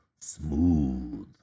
smooth